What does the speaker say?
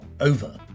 over